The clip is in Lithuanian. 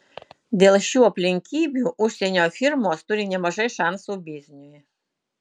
dėl šių aplinkybių užsienio firmos turi nemažai šansų bizniui